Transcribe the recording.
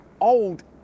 old